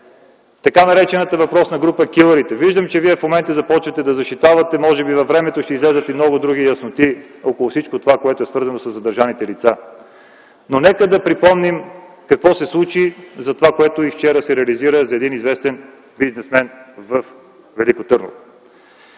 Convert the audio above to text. така наречената група „Килърите”. Виждам, че в момента започвате да защитавате, може би във времето ще излязат и много други ясноти около всичко това, което е свързано със задържаните лица. Нека да припомним какво се случи, за това, което и вчера се реализира за един известен бизнесмен във Велико Търново.